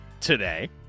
today